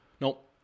Nope